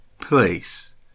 place